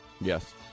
Yes